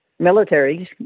militaries